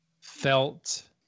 felt